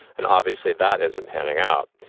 and obviously that isn't panning out.